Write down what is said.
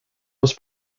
was